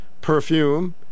perfume